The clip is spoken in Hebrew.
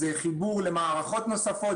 זה חיבור למערכות נוספות.